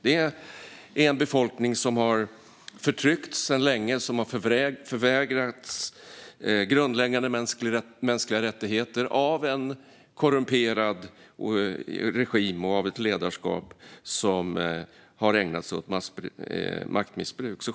Det är en befolkning som sedan länge har förtryckts och förvägrats grundläggande mänskliga rättigheter av en korrumperad regim och av ett ledarskap som har ägnat sig åt maktmissbruk.